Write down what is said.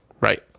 Right